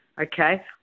Okay